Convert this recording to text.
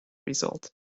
result